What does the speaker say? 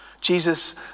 Jesus